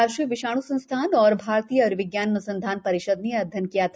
राष्ट्रीय विषाण् संस्थान और भारतीय आय्र्विज्ञान अन्संधान परिषद ने यह अध्ययन किया था